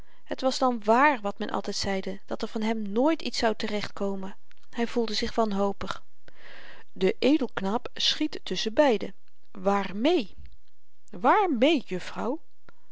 het was dan wààr wat men altyd zeide dat er van hem nooit iets zou te-recht komen hy voelde zich wanhopig de edelknaap schiet tusschen beiden waarmee